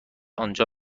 آنجا